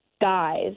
guys